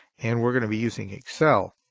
and we're going to be using excel.